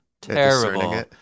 terrible